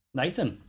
Nathan